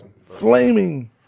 flaming